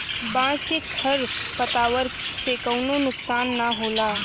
बांस के खर पतवार से कउनो नुकसान ना होला